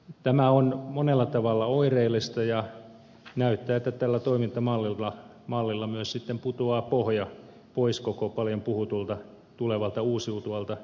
tämä on monella tavalla oireellista ja näyttää siltä että tällä toimintamallilla myös sitten putoaa pohja pois koko paljon puhutulta tulevalta uusiutuvalta energiapaketilta